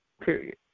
period